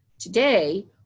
Today